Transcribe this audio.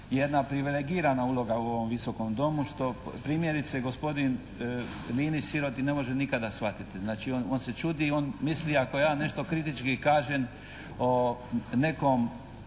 jedna privilegirana uloga u ovom Visokom domu što primjerice gospodin Linić siroti ne može nikada shvatiti. Znači on se čudi i on misli ako ja nešto kritički kažem o nekom